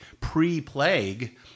pre-plague